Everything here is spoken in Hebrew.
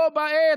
בה בעת,